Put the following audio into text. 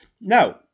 Now